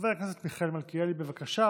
חבר הכנסת מיכאל מלכיאלי, בבקשה.